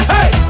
Hey